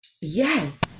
yes